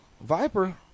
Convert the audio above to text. Viper